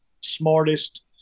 smartest